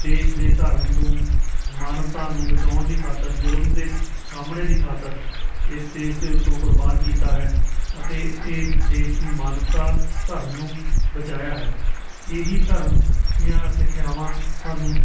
ਦੇਸ਼ ਦੇ ਧਰਮ ਨੂੰ ਮਾਨਵਤਾ ਨੂੰ ਬਚਾਉਣ ਦੀ ਖਾਤਰ ਜ਼ੁਲਮ ਦੇ ਸਾਹਮਣੇ ਦੀ ਖਾਤਰ ਇਸ ਦੇਸ਼ ਦੇ ਉੱਤੋਂ ਕੁਰਬਾਨ ਕੀਤਾ ਹੈ ਅਤੇ ਇਹ ਦੇਸ਼ ਦੀ ਮਾਨਵਤਾ ਧਰਮ ਨੂੰ ਬਚਾਇਆ ਹੈ ਇਹੀ ਧਰਮ ਦੀਆਂ ਸਿੱਖਿਆਵਾਂ ਸਾਨੂੰ